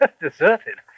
Deserted